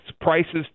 prices